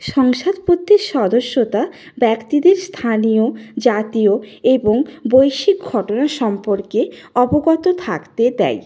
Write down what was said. সাংসদপত্রের সদস্যতা ব্যক্তিদের স্থানীয় জাতীয় এবং বৈশ্বিক ঘটনা সম্পর্কে অবগত থাকতে দেয়